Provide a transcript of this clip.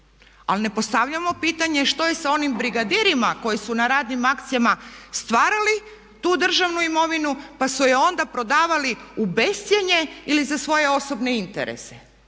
Ali ne postavljamo pitanje što je sa onim brigadirima koji su na radnim akcijama stvarali tu državnu imovinu pa su je onda prodavali u bescjenje ili za svoje osobne interese.